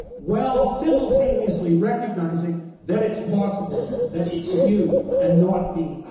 while simultaneously recognizing that it's possible that it's you and not me.